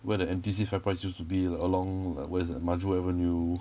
where the N_T_U_C fairprice used to be like along like where is that maju avenue